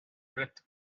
wreath